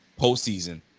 postseason